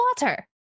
water